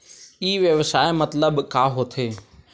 ई व्यवसाय मतलब का होथे?